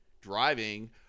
driving